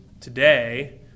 today